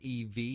EV